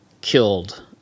killed